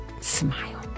smile